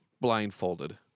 blindfolded